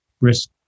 risk